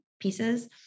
pieces